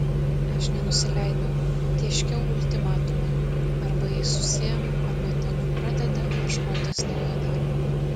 aš nenusileidau tėškiau ultimatumą arba jis susiima arba tegu pradeda ieškotis naujo darbo